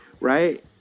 Right